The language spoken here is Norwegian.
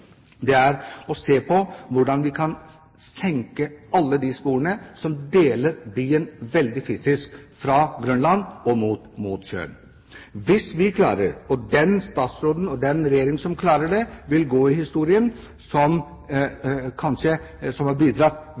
senke alle de sporene som deler byen fysisk – fra Grønland og mot sjøen. Den statsråden og den regjeringen som klarer det, vil gå inn i historien som kanskje den eller de som har bidratt